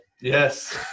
Yes